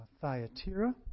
Thyatira